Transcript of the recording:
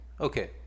Okay